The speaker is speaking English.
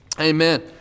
Amen